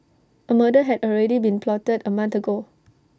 A murder had already been plotted A month ago